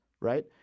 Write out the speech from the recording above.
right